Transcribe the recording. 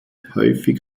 häufig